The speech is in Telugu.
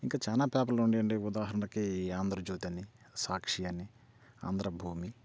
ఇంకా చాలా పేపర్లు ఉన్నాయండి ఉదాహరణకి ఆంధ్రజ్యోతి అని సాక్షి అని ఆంధ్రభూమి